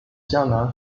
江南